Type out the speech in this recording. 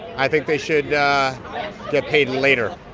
i think they should get paid later.